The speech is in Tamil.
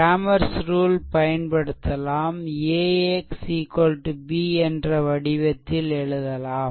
கிரேமர்ஸ் ரூல் cramer's rule பயன்படுத்தலாம் AX B என்ற வடிவத்தில் எழுதலாம்